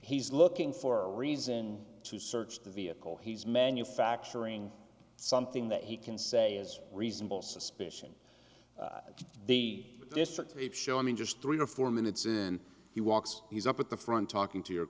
he's looking for a reason to search the vehicle he's manufacturing something that he can say is reasonable suspicion of the district show him in just three or four minutes and he walks he's up at the front talking to your